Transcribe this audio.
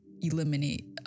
Eliminate